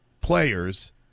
players